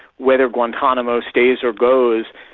whether guantanamo stays or goes,